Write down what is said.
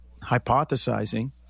hypothesizing